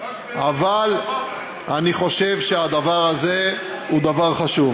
אבל אני חושב שהדבר הזה הוא דבר חשוב.